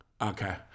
Okay